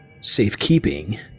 safekeeping